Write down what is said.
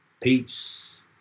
peace